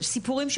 סיפורים,